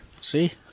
See